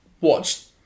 watch